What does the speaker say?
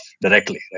directly